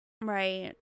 Right